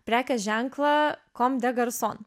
prekės ženklą comme des garcons